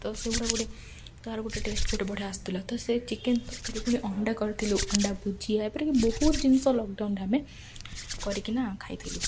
ତ ସେଗୁଡ଼ା ଗୋଟେ ତା'ର ଗୋଟେ ଟେଷ୍ଟ୍ ଗୋଟେ ବଢ଼ିଆ ଆସୁଥିଲା ତ ସେ ଚିକେନ୍ ତରକାରୀ ପୁଣି ଅଣ୍ଡା କରିଥିଲୁ ଅଣ୍ଡା ଭୁଜିଆ ଏପରିକି ବହୁତ୍ ଜିନିଷ ଲକ୍ଡ଼ାଉନ୍ରେ ଆମେ କରିକିନା ଖାଇଥିଲୁ